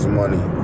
money